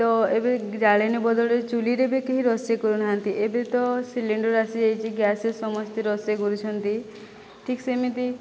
ତ ଏବେ ଜାଳେଣି ବଦଳରେ ଚୂଲିରେ ବି କେହି ରୋଷେଇ କରୁନାହାନ୍ତି ଏବେ ତ ସିଲିଣ୍ଡର ଆସିଯାଇଛି ଗ୍ୟାସରେ ସମସ୍ତେ ରୋଷେଇ କରୁଛନ୍ତି ଠିକ୍ ସେମିତି